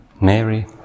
mary